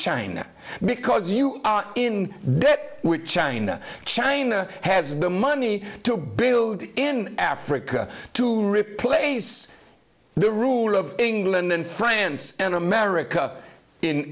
china because you are in debt with china china has the money to build in africa to replace the rule of england and france and america in